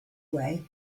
way